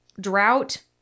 Drought